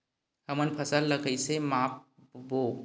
हमन फसल ला कइसे माप बो?